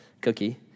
cookie